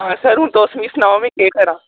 आं सर हून तुस मिगी सनाओ में केह् करां